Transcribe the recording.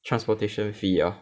transportation fee ah